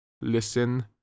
listen